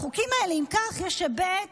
לחוקים האלה, אם כך, יש היבט